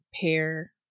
pair